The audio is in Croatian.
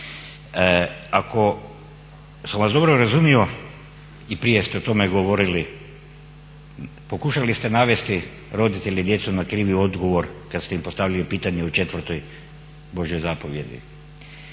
Ako sam vas dobro razumio i prije ste o tome govorili, pokušali ste navesti roditelji djecu na krivi odgovor kada ste im postavili pitanje o 4.božjoj zapovijedi.